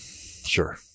sure